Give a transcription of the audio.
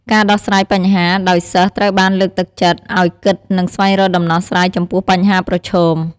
ការរដោះស្រាយបញ្ហា ដោយសិស្សត្រូវបានលើកទឹកចិត្តឱ្យគិត និងស្វែងរកដំណោះស្រាយចំពោះបញ្ហាប្រឈម។